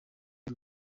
y’u